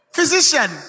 Physician